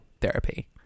therapy